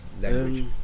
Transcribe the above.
language